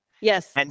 Yes